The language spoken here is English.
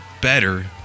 better